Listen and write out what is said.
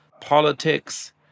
politics